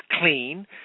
clean